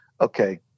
okay